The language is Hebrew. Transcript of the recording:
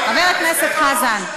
חבר הכנסת חזן.